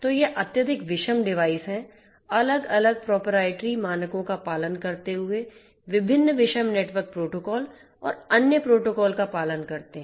तो ये अत्यधिक विषम डिवाइस हैं अलग अलग प्रोपराइटरी मानकों का पालन करते हुए विभिन्न विषम नेटवर्क प्रोटोकॉल और अन्य प्रोटोकॉल का पालन करते हैं